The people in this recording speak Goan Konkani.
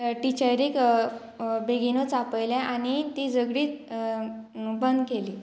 टिचरीक बेगीनूच आपयलें आनी तीं झगडीं बंद केलीं